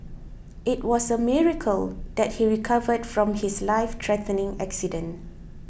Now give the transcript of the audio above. it was a miracle that he recovered from his lifethreatening accident